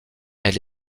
elle